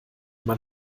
man